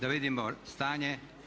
Da vidimo stanje.